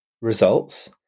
results